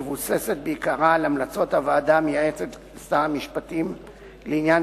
מבוססת בעיקרה על המלצות הוועדה המייעצת לשר המשפטים לעניין